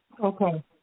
Okay